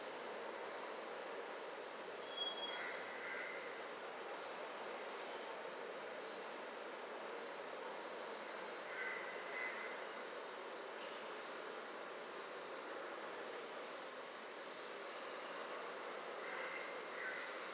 zhuan